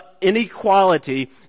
inequality